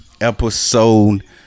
Episode